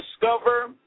discover